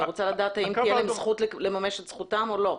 רוצה לדעת האם הם יוכלו לממש את זכותם או לא.